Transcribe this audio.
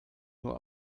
nur